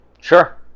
Sure